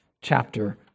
chapter